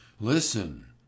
Listen